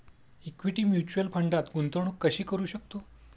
Equity mutual फंडात गुंतवणूक कशी करू शकतो?